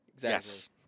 Yes